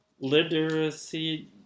literacy